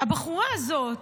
הבחורה הזאת,